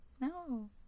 No